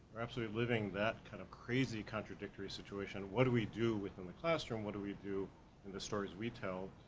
we're absolutely living that kind of crazy contradictory situation, what do we do with them at classroom, what do we do in the stories we tell,